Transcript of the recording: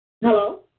Hello